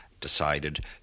decided